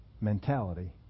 mentality